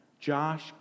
Josh